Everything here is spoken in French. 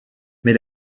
mais